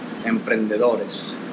emprendedores